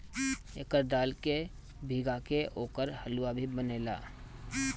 एकर दाल के भीगा के ओकर हलुआ भी बनेला